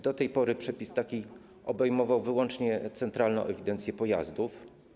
Do tej pory przepis taki obejmował wyłącznie centralną ewidencję pojazdów.